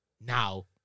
now